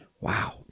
Wow